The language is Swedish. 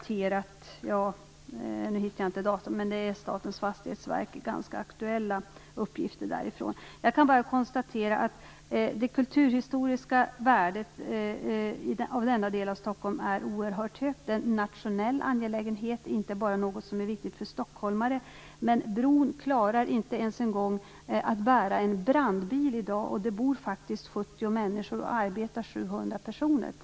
Jag hittar inte dateringen för detta, men det är ganska aktuella uppgifter från Statens fastighetsverk. Jag kan bara konstatera att det kulturhistoriska värdet av denna del av Stockholm är oerhört högt. Det här är en nationell angelägenhet, inte bara något som är viktigt för stockholmare. Men bron klarar inte ens att bära en brandbil i dag, och det bor faktiskt 70 människor och arbetar 700 personer på